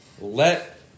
let